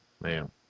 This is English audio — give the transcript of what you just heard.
Man